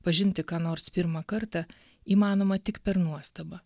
pažinti ką nors pirmą kartą įmanoma tik per nuostabą